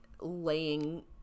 laying